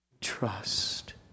Trust